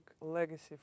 legacy